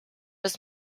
was